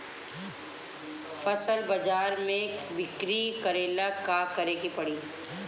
फसल बाजार मे बिक्री करेला का करेके परी?